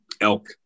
elk